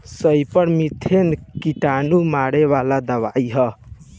सईपर methane कीड़ा मारे वाला दवाई ह